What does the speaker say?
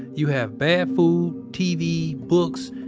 you have bad food, tv, books,